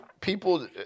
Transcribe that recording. people –